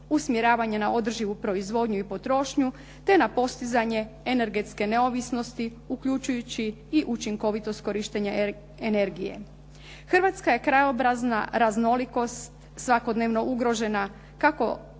usmjeravanje na održivu proizvodnju i potrošnju, te na postizanje energetske neovisnosti uključujući i učinkovitost korištenja energije. Hrvatska je krajobrazna raznolikost svakodnevno ugrožena kako